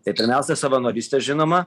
tai pirmiausia savanorystė žinoma